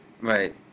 Right